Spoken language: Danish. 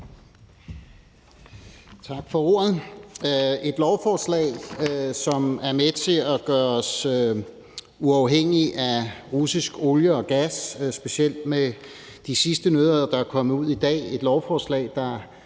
Tak for ordet. Det er et lovforslag, som er med til at gøre os uafhængige af russisk olie og gas – specielt set i lyset af de seneste nyheder, der er kommet ud i dag – og et lovforslag, der